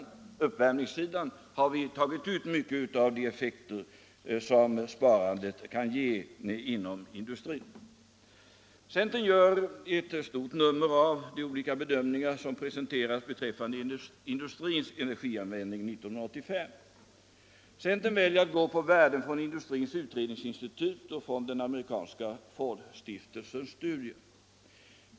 På uppvärmningssidan har vi tagit ut mycket av de effekter som sparandet kan ge inom industrin. Centern gör ett stort nummer av de olika bedömningar som presenterats beträffande industrins energianvändning 1985. Centern väljer att gå på värden från Industrins utredningsinstitut och från den amerikanska Fordstiftelsens studier.